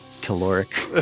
caloric